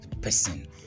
person